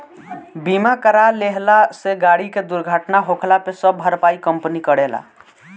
बीमा करा लेहला से गाड़ी के दुर्घटना होखला पे सब भरपाई कंपनी करेला